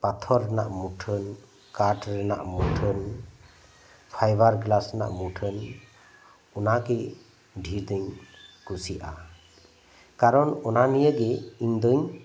ᱯᱟᱛᱷᱚᱨ ᱨᱮᱱᱟᱜ ᱢᱩᱴᱷᱟᱹᱱ ᱠᱟᱴ ᱨᱮᱱᱟᱜ ᱢᱩᱴᱷᱟᱹᱱ ᱯᱷᱟᱭᱵᱟᱨ ᱜᱞᱟᱥ ᱨᱮᱱᱟᱜ ᱢᱩᱴᱷᱟᱹᱱ ᱚᱱᱟᱜᱮ ᱰᱷᱤᱨ ᱫᱚᱧ ᱠᱩᱥᱤᱜᱼᱟ ᱠᱟᱨᱚᱱ ᱚᱱᱟ ᱱᱤᱭᱟᱹᱜᱮ ᱤᱧ ᱫᱚᱧ